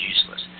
useless